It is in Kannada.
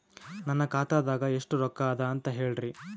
ನನ್ನ ಖಾತಾದಾಗ ಎಷ್ಟ ರೊಕ್ಕ ಅದ ಅಂತ ಹೇಳರಿ?